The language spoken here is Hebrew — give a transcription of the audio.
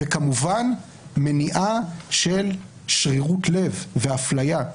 וכמובן, מניעה של שרירות לב ואפליה.